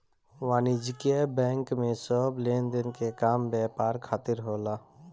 वाणिज्यिक बैंक में सब लेनदेन के काम व्यापार खातिर होला